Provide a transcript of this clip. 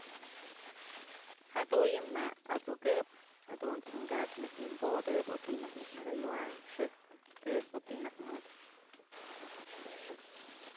Jaduyë na'a at'sukëp jadunt's ka'akyë myaj wi'inbodëp o ti'i najk myaj mëkayëwayn xëjk queso ti'i najtyë mëdë.